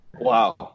Wow